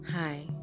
Hi